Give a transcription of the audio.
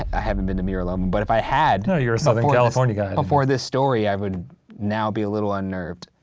i haven't been to mira loma, but if i had no, you're a southern california guy. before this story i would now be a little unnerved.